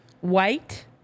White